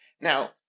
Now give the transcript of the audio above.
Now